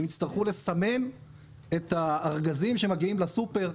אם יצטרכו לסמן את הארגזים שמגיעים לסופר.